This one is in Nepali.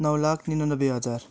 नौ लाख निनानब्बे हजार